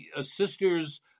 sisters